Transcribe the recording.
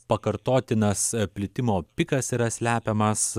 pakartotinas plitimo pikas yra slepiamas